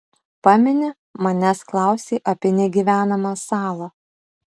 pameni manęs klausei apie negyvenamą salą